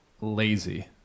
lazy